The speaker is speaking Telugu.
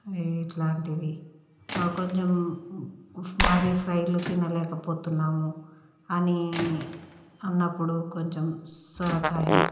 ఈ ఇట్లాంటివి ఆ కొంచెం మరీ ఫ్రైలు తినలేకపోతున్నాము అని అన్నప్పుడు కొంచెం సొరకాయ